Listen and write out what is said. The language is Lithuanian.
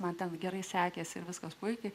man ten gerai sekėsi ir viskas puikiai